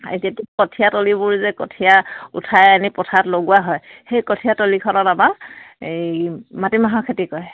কঠিয়াতলিবোৰ যে কঠিয়াা উঠাই আনি পথাৰত লগোৱা হয় সেই কঠিয়াতলিখনত আমাৰ এই মাটি মাহৰ খেতি কৰে